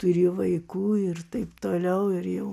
turi vaikų ir taip toliau ir jau